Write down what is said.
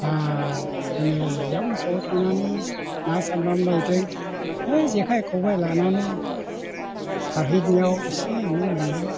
जोङो रिजाब ओनसलाव थांनानै ना सारनानै लायदों है जेखाइ खबाइ लानानै सारहैनायाव इसे एनै मोनदों